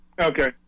Okay